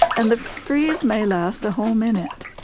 and the freeze may last a whole minute,